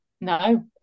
No